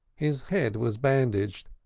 his head was bandaged,